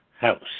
house